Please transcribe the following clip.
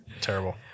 Terrible